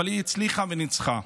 אבל היא הצליחה וניצחה.